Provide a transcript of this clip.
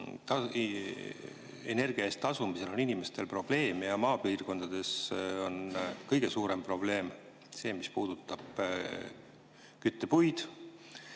energia eest tasumisega on inimestel probleeme. Maapiirkondades on kõige suurem probleem see, mis puudutab küttepuid.